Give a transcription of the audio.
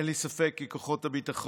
אין לי ספק כי כוחות הביטחון